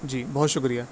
جی بہت شکریہ